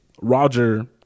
Roger